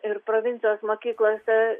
ir provincijos mokyklose